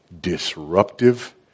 disruptive